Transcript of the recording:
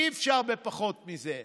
אי-אפשר בפחות מזה.